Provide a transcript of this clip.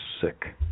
sick